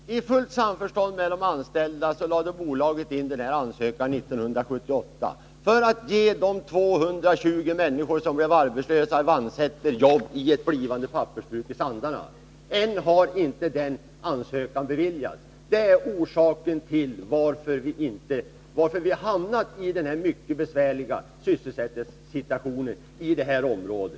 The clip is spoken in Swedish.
Herr talman! Helt kort! I fullt samförstånd med de anställda lämnade bolaget in denna ansökan 1978 för att ge de 220 anställda som blev arbetslösa i Vansäter jobb i ett blivande pappersbruk i Sandarne. Ännu har inte denna ansökan beviljats. Det är orsaken till att vi hamnat i denna mycket besvärliga sysselsättningssituation i detta område.